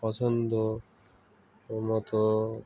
পছন্দ মতো